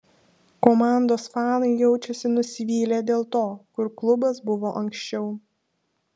komandos fanai jaučiasi nusivylę dėl to kur klubas buvo anksčiau